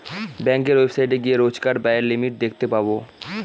ব্যাঙ্কের ওয়েবসাইটে গিয়ে রোজকার ব্যায়ের লিমিট দেখতে পাবো